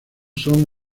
son